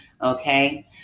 Okay